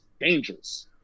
dangerous